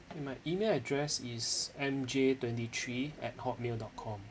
and my email address is M J twenty three at hotmail dot com